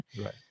Right